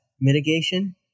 mitigation